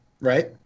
right